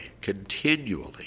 continually